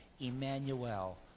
Emmanuel